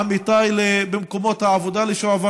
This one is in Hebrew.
עמיתיי במקומות העבודה לשעבר,